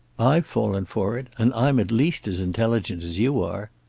i've fallen for it, and i'm at least as intelligent as you are.